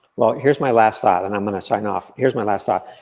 well, here's my last slide, and i'm gonna sign off. here's my last thought.